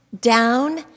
down